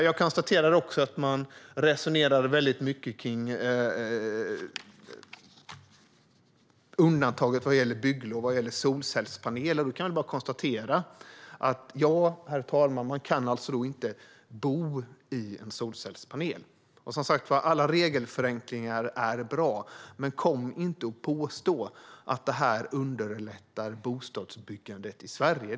Jag konstaterar också att man resonerar väldigt mycket kring undantaget vad gäller bygglov för solcellspaneler. Men man kan inte bo i en solcellspanel. Och, som sagt, alla regelförenklingar är bra. Men kom inte och påstå att detta underlättar bostadsbyggandet i Sverige!